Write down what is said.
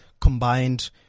combined